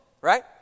right